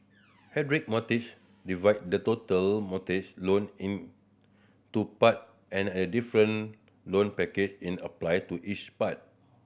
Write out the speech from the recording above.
hybrid mortgage divide the total mortgage loan into part and a different loan package in applied to each part